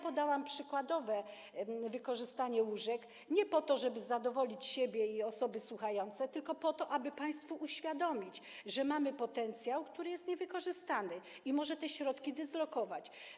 Podałam przykładowe wykorzystanie łóżek, nie po to żeby zadowolić siebie i osoby słuchające, tylko po to aby państwu uświadomić, że mamy potencjał, który jest niewykorzystany, i można te środki dyslokować.